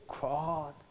God